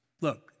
look